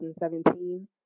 2017